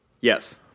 Yes